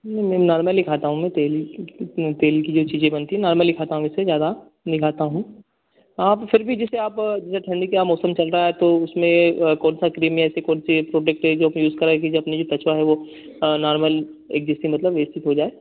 मैं नॉर्मली खाता हूँ मैं तेल तेल की जो चीज़ें बनती हैं नॉर्मली खाता हूँ उससे ज्यादा नहीं खाता हूँ आप फिर भी जैसे आप ठंडी का मौसम चल रहा है तो उसमें कौन सा क्रीम या ऐसी कौन सी प्रोडक्ट है जो कि यूज़ करें तो अपनी जो त्वचा है जो नॉर्मल एक जैसी मतलब व्यवस्थित हो जाए